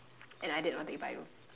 and I did not take Bio